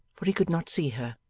for he could not see her.